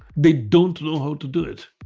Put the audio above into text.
they don't know how to do it